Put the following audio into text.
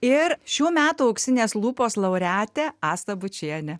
ir šių metų auksinės lūpos laureatė asta bučienė